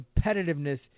competitiveness